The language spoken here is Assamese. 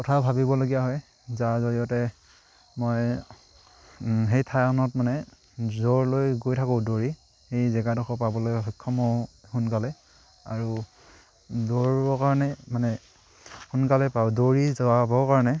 কথা ভাবিবলগীয়া হয় যাৰ জৰিয়তে মই সেই ঠাইকণত মানে জোৰলৈ গৈ থাকোঁ দৌৰি সেই জেগাডোখৰ পাবলৈ সক্ষম সোনকালে আৰু দৌৰিবৰ কাৰণে মানে সোনকালে পাওঁ দৌৰি যাবৰ কাৰণে